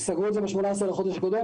סגרו את זה ב-18 לחודש הקודם.